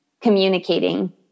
communicating